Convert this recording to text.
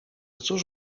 cóż